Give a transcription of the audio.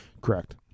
Correct